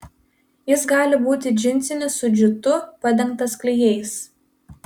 jis gali būti džinsinis su džiutu padengtu klijais